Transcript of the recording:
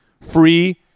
free